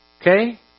Okay